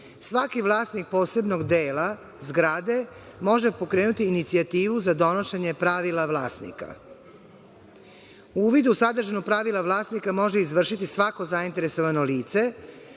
svaki vlasnik posebnog dela zgrade može pokrenuti inicijativu za donošenje pravila vlasnika; uvid u sadržinu pravila vlasnika može izvršiti svako zainteresovano lice;